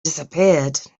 disappeared